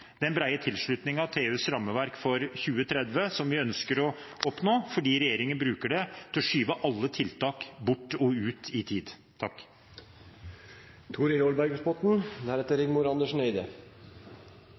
den brede tilslutningen til EUs rammeverk for 2030, som vi ønsker å oppnå, fordi regjeringen bruker det til å skyve alle tiltak bort og ut i tid.